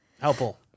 helpful